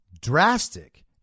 Drastic